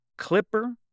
clipper